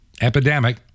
epidemic